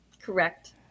Correct